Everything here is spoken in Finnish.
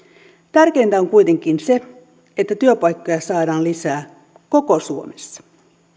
tärkeintä on kuitenkin se että työpaikkoja saadaan lisää koko suomessa